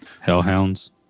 Hellhounds